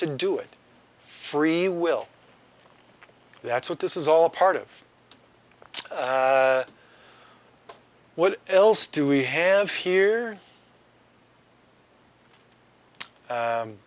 to do it free will that's what this is all part of what else do we have here